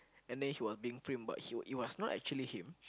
and then he was being frame but he was it was not actually him